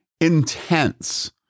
intense